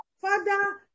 Father